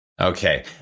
Okay